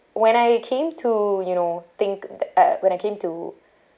when I came to you know think th~ I when I came to